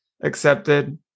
accepted